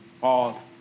Paul